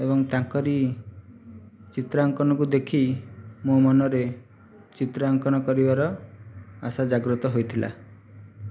ଏବଂ ତାଙ୍କରି ଚିତ୍ରାଙ୍କନକୁ ଦେଖି ମୋ' ମନରେ ଚିତ୍ରାଙ୍କନ କରିବାର ଆଶା ଜାଗ୍ରତ ହୋଇଥିଲା